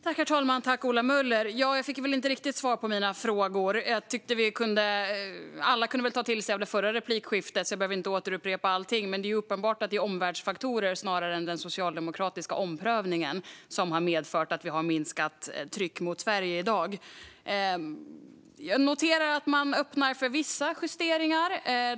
Herr talman! Jag fick nog inte riktigt svar på mina frågor. Alla kunde nog ta till sig av det förra replikskiftet, så jag behöver inte upprepa allting. Det är dock uppenbart att det är omvärldsfaktorer snarare än den socialdemokratiska omprövningen som har medfört att vi har ett minskat tryck mot Sverige i dag. Jag noterar att man öppnar för vissa justeringar.